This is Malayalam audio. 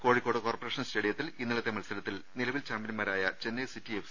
കോഴിക്കോട് കോർപ്പറേഷൻ സ്റ്റേഡിയത്തിൽ ഇന്നലത്തെ മത്സരത്തിൽ നിലവിൽ ചാമ്പ്യൻമാരായ ചെന്നൈ സിറ്റി എഫ്